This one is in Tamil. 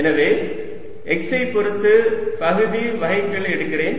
எனவே x ஐ பொருத்து பகுதி வகைக்கெழு எடுக்கிறேன்